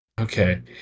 Okay